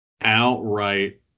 outright